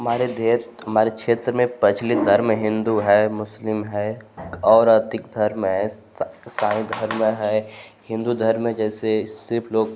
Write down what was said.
हमारे देश हमारे क्षेत्र में प्रचलित धर्म हिन्दू है मुस्लिम है और अधिक धर्म है ईसाई धर्म है हिन्दू धर्म में जैसे सिर्फ़ लोग